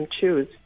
choose